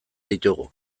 ditugu